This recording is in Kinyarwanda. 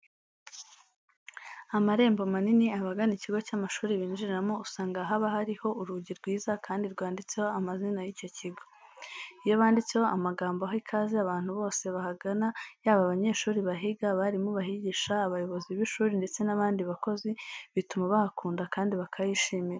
Amarembo manini abagana ikigo cy'amashuri binjiriramo, usanga haba hariho urugi rwiza kandi rwanditseho amazina y'icyo kigo. Iyo banditseho amagambo aha ikaze abantu bose bahagana yaba abanyeshuri bahiga, abarimu bahigisha, abayobozi b'ishuri ndetse n'abandi bakozi, bituma bahakunda kandi bakahishimira.